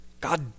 God